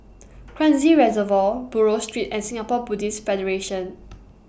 Kranji Reservoir Buroh Street and Singapore Buddhist Federation